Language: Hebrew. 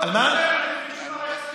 איפה היו נדבקים במערכת החינוך?